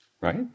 right